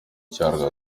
cyarwo